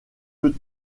peut